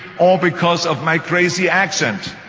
all because of my crazy accent.